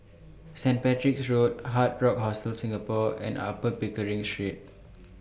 Saint Patrick's Road Hard Rock Hostel Singapore and Upper Pickering Street